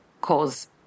cause